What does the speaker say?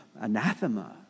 anathema